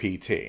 PT